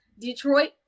Detroit